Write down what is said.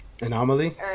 Anomaly